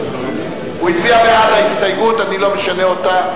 הוא הצביע בעד ההסתייגות ואני לא משנה אותה,